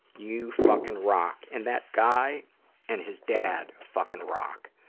you fucking rock. and that guy and his dad fucking rock,